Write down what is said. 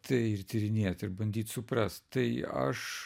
tai ir tyrinėt ir bandyt suprast tai aš